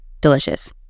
Delicious